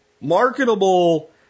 marketable